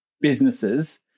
businesses